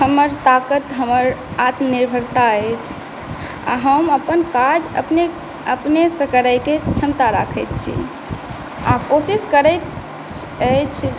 हमर ताकत हमर आत्मनिर्भरता अछि आओर हम अपन काज अपने अपनेसँ करैके क्षमता राखै छी आओर कोशिश करैत अछि